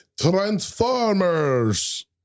Transformers